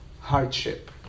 hardship